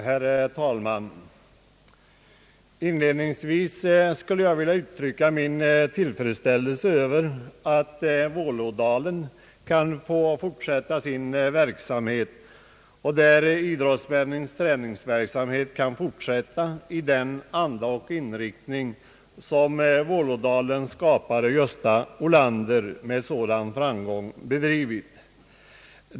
Herr talman! Inledningsvis vill jag uttrycka min tillfredsställelse över att idrottsmännens träningsverksamhet kan få fortsätta i Vålådalen i den anda och med den inriktning som Vålådalens skapare Gösta Olander med sådan framgång hävdat.